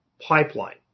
pipeline